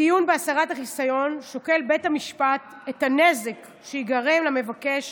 בדיון בהסרת החיסיון שוקל בית המשפט את הנזק שייגרם למבקש